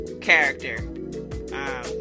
character